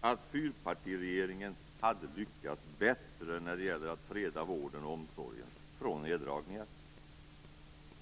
att fyrpartiregeringen hade lyckats bättre när det gäller att freda vården och omsorgen från neddragningar.